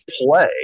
play